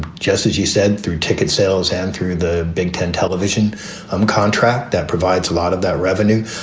just as you said, through ticket sales and through the big ten television um contract that provides a lot of that revenue.